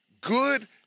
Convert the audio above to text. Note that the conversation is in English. good